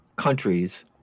countries